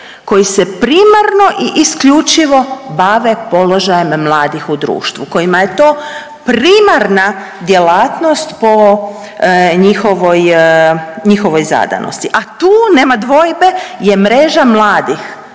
koji se primarno i isključivo bave položajem mladih u društvu, kojima je to primarna djelatnost po njihovoj zadanosti. A tu nema dvojbe je Mreža mladih